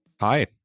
Hi